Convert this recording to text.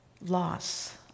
Loss